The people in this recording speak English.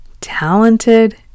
talented